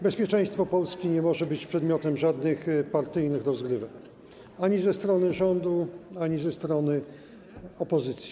Bezpieczeństwo Polski nie może być przedmiotem żadnych partyjnych rozgrywek, ani ze strony rządu, ani ze strony opozycji.